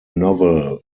novel